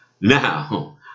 Now